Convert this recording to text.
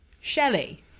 Shelley